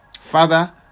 Father